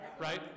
Right